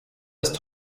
ist